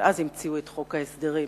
ואז המציאו את חוק ההסדרים